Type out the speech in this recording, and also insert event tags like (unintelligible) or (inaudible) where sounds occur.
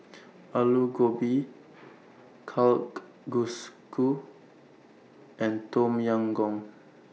Alu Gobi (unintelligible) and Tom Yam Goong